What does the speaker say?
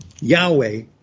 Yahweh